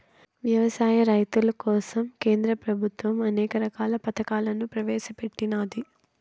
వ్యవసాయ రైతుల కోసం కేంద్ర ప్రభుత్వం అనేక రకాల పథకాలను ప్రవేశపెట్టినాది